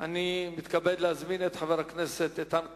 אני מתכבד להזמין את חבר הכנסת איתן כבל.